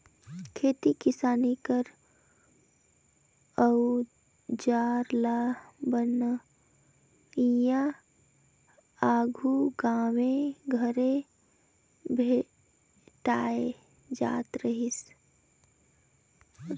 खेती किसानी कर अउजार ल बनोइया आघु गाँवे घरे भेटाए जात रहिन